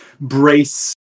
brace